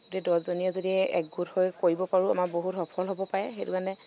গোটেই দহজনীয়ে যদি এক গোট হৈ কৰিব পাৰো আমাৰ বহুত সফল হ'ব পাৰে সেইটো কাৰণে